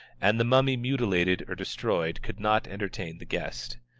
and the mummy mutilated or destroyed could not entertain the guest.